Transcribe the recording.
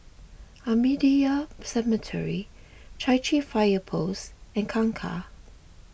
Ahmadiyya Cemetery Chai Chee Fire Post and Kangkar